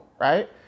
right